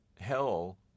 hell